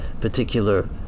particular